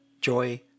joy